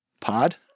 pod